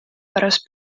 pärast